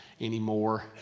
anymore